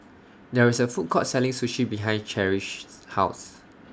There IS A Food Court Selling Sushi behind Cherish's House